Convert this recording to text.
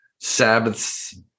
Sabbaths